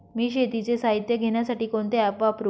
मी शेतीचे साहित्य घेण्यासाठी कोणते ॲप वापरु?